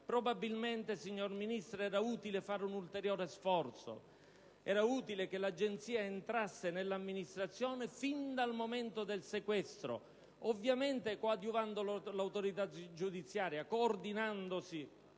Probabilmente, signor Ministro, era utile fare un ulteriore sforzo, era utile che l'Agenzia entrasse nell'amministrazione fin dal momento del sequestro, ovviamente coadiuvando l'autorità giudiziaria, coordinandosi